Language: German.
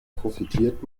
profitiert